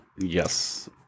yes